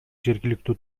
жергиликтүү